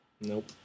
Nope